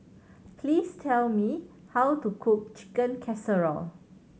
please tell me how to cook Chicken Casserole